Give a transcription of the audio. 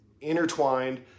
intertwined